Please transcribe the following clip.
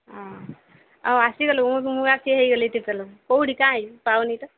ହଁ ଆଉ ଆସିଗଲୁ ମୁଁ ମୁଁ ଆସି ହେଇଗଲି ଟିକେନାକ କୋଉଠି କାଇଁ ପାଉନି ତ